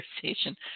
conversation